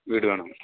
വീട് വേണോ